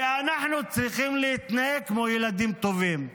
ואנחנו צריכים להתנהג כמו ילדים טובים.